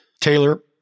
Taylor